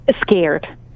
scared